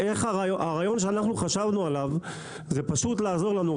הרעיון שאנחנו חשבנו עליו זה פשוט לעזור לנו.